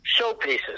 showpieces